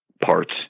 parts